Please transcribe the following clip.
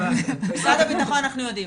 משרד הביטחון אנחנו יודעים,